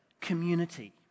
community